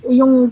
yung